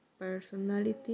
personality